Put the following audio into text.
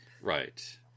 Right